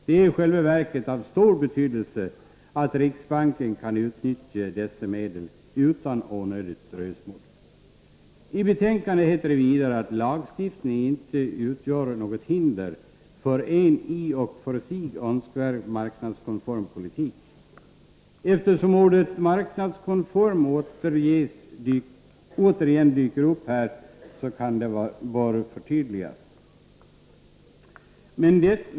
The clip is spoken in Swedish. Det är i själva verket av stor betydelse att riksbanken kan utnyttja dessa medel utan onödigt dröjsmål. I betänkandet heter det vidare att lagstiftningen inte utgör något hinder för en i och för sig önskvärd marknadskonform politik. Eftersom ordet marknadskonform återigen dyker upp här kanske det bör förtydligas.